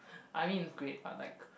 I mean it's great but like